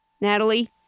Natalie